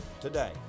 today